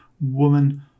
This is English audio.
Woman